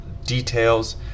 Details